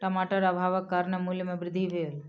टमाटर अभावक कारणेँ मूल्य में वृद्धि भेल